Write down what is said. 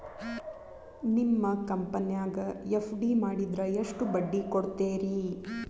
ನಿಮ್ಮ ಕಂಪನ್ಯಾಗ ಎಫ್.ಡಿ ಮಾಡಿದ್ರ ಎಷ್ಟು ಬಡ್ಡಿ ಕೊಡ್ತೇರಿ?